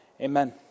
Amen